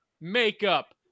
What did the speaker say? makeup